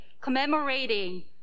commemorating